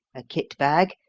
a kit-bag,